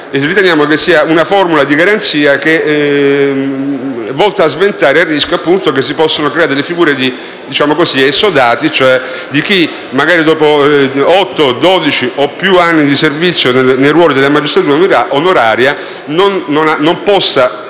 riteniamo che sia una formula di garanzia volta a sventare il rischio che si possano creare figure di esodati, cioè di chi magari dopo otto, dodici o più anni di servizio nei ruoli della magistratura onoraria si